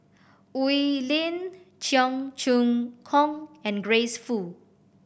Oi Lin Cheong Choong Kong and Grace Fu